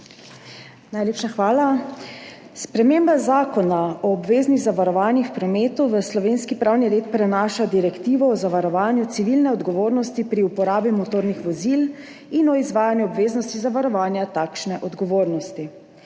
Najlepša hvala. Sprememba Zakona o obveznih zavarovanjih v prometu v slovenski pravni red prenaša Direktivo o zavarovanju civilne odgovornosti pri uporabi motornih vozil in o izvajanju obveznosti zavarovanja takšne odgovornosti.